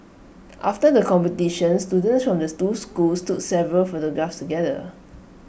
after the competition students from the two schools took several photographs together